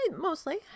mostly